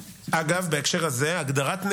והאחרון